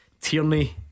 Tierney